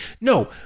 No